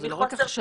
זה לא רק הכשרה,